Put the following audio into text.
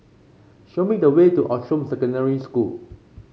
show me the way to Outram Secondary School